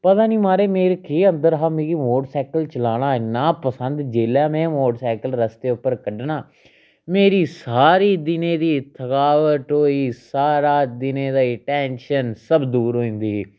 पता नी महाराज मेरा केह् अंदर हा मिगी मोटरसाइकल चलाना इ'न्ना पंसद जेल्लै में मोटरसाइकल रस्ते पर कड्ढना मेरी सारी दिनें दी थकाबट होई सारा दिनें दी टैंशन सब दूर होई जंदी ही